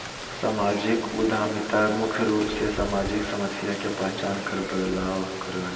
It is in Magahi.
सामाजिक उद्यमिता मुख्य रूप से सामाजिक समस्या के पहचान कर बदलाव करो हय